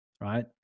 right